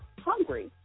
hungry